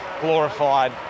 glorified